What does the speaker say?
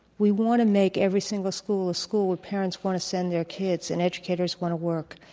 we want to make every single school a school where parents want to send their kids and educators want to work,